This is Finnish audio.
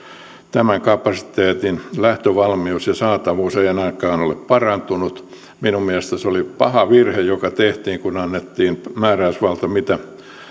tämän kapasiteetin lähtövalmius ja saatavuus ei ainakaan ole parantunut minun mielestäni se oli paha virhe joka tehtiin kun julkiselle viranomaiselle annettiin määräysvalta siitä mitä